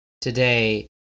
today